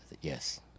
Yes